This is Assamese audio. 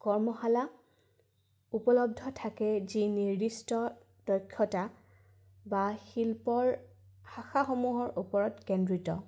কৰ্মশালা উপলব্ধ থাকে যি নিৰ্দিষ্ট দক্ষতা বা শিল্পৰ শাখাসমূহৰ ওপৰত কেন্দ্ৰিত